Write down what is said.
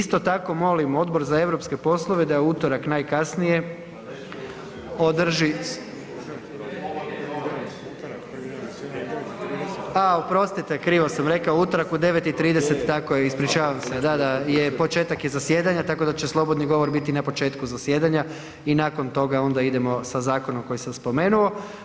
Isto tako molim Odbor za europske poslove da u utorak najkasnije održi, a oprostite krivo sam rekao, utorak u 9:30, tako je, ispričavam se da je početak zasjedanja tako da će slobodni govor biti na početku zasjedanja i nakon toga onda idemo sa zakonom koji sam spomenuo.